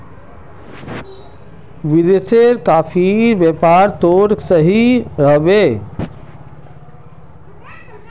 देवेश, कॉफीर व्यापार तोर तने सही रह बे